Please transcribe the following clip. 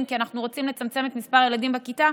כי אנחנו רוצים לצמצם את מספר ילדים בכיתה,